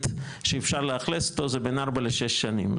שאפשר לאכלס אותו זה בין ארבע לשש שנים,